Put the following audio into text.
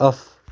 of